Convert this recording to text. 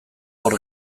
hor